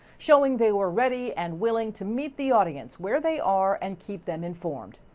showing they were ready and willing to meet the audience where they are and keep them informed.